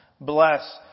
Bless